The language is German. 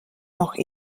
noch